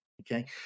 okay